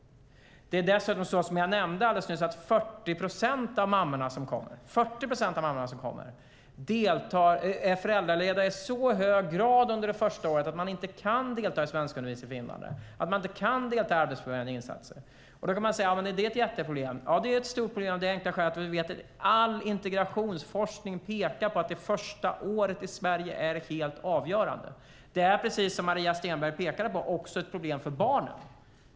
Som jag nämnde är 40 procent av de mammor som kommer föräldralediga i så hög grad under det första året att de inte kan delta i svenskundervisning för invandrare eller i arbetsförberedande insatser. Är detta då ett jätteproblem? Ja, det är ett stort problem eftersom vi vet att all integrationsforskning pekar på att det första året i Sverige är helt avgörande. Som Maria Stenberg framhåller är det också ett problem för barnen.